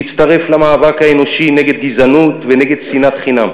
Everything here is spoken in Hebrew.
להצטרף למאבק האנושי נגד גזענות ונגד שנאת חינם?